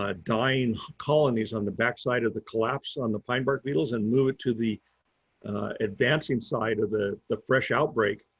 ah dying colonies on the backside of the collapse on the pine bark needles and move it to the advancing side of the the fresh outbreak.